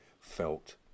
felt